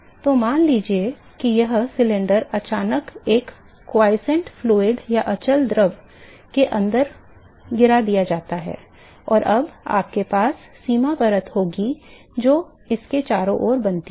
तो मान लीजिए कि यह सिलेंडर अचानक एक अचल द्रव के अंदर गिरा दिया जाता है और अब आपके पास एक सीमा परत होगी जो इसके चारों ओर बनती है